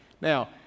Now